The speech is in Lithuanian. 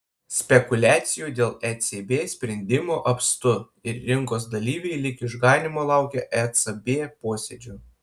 spekuliacijų dėl ecb sprendimo apstu ir rinkos dalyviai lyg išganymo laukia ecb posėdžio